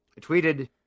tweeted